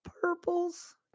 purples